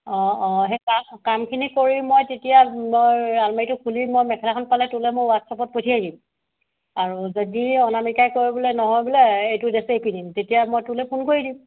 অঁ অঁ সেই তাত কামখিনি কৰি মই তেতিয়া মই আলমাৰিটো খুলি মই মেখেলাখন পালোঁ তোলৈ মই হোৱাটছাপত পঠিয়াই দিম আৰু যদি অনামিকাই কয় বোলে নহয় বোলে এইটো ড্ৰেছেই পিন্ধিম তেতিয়া মই তোলৈ ফোন কৰি দিম